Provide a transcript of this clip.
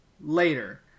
later